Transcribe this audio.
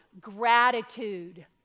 gratitude